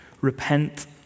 repent